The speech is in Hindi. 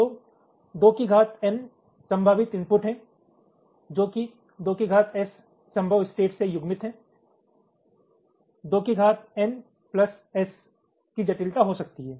तो 2 की घात N संभावित इनपुट है जो कि 2 की घात एस संभव स्टेट से युग्मित है 2 की घात एन प्लस एस की जटिलता हो सकती है